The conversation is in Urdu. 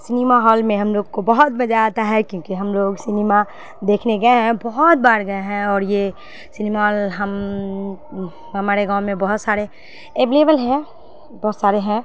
سنیما ہال میں ہم لوگ کو بہت مزہ آتا ہے کیونکہ ہم لوگ سنیما دیکھنے گئے ہیں بہت بار گئے ہیں اور یہ سنیما ہم ہمارے گاؤں میں بہت سارے اویلیبل ہیں بہت سارے ہیں